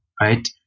right